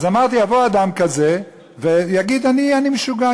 אז אמרתי: יבוא אדם כזה ויגיד: אני משוגע,